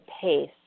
pace